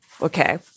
okay